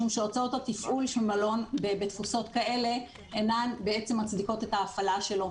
משום שהוצאות התפעול של מלון בתפוסות כאלה אינן מצדיקות את ההפעלה שלו,